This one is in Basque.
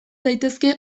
daitezke